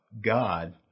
God